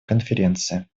конференции